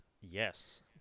Yes